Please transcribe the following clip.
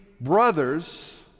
Brothers